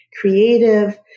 creative